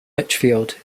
lichfield